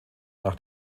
nach